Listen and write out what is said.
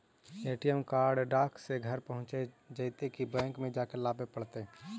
ATM card डाक से घरे पहुँच जईतै कि बैंक में जाके लाबे पड़तै?